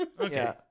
Okay